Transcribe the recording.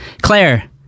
Claire